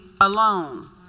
alone